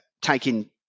Taking